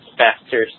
faster